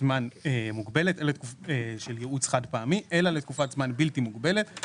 זמן מוגבלת של ייעוץ חד פעמי אלא לתקופת זמן בלתי מוגבלת.